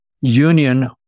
union